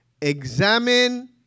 Examine